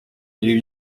ibi